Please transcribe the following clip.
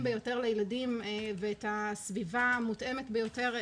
ביותר לילדים ואת הסביבה המותאמת ביותר,